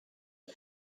two